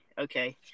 okay